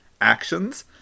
Actions